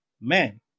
Man